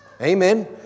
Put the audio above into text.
Amen